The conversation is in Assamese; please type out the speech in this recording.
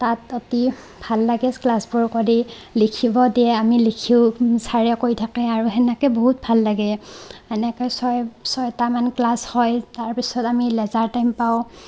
তাত অতি ভাল লাগে ক্লাছবোৰ কৰি লিখিব দিয়ে আমি লিখোঁ ছাৰে কৈ থাকে আৰু সেনেকৈ বহুত ভাল লাগে এনেকৈ ছয় ছয়টামান ক্লাছ হয় তাৰপিছত আমি লেজাৰ টাইম পাওঁ